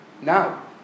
Now